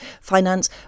finance